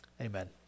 Amen